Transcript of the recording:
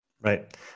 right